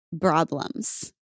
problems